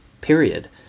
period